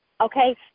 okay